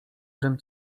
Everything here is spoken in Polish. żem